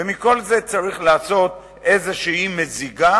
מכל זה צריך לעשות איזו מזיגה,